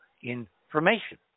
information